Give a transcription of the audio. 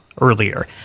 earlier